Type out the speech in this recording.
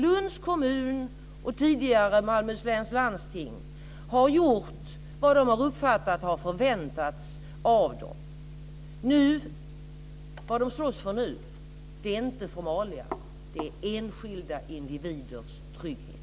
Lunds kommun och tidigare Malmöhus läns landsting har gjort vad de har uppfattat har förväntats av dem. Vad de slåss för nu är inte formalia. Det är enskilda individers trygghet.